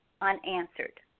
unanswered